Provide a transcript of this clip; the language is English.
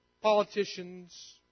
politicians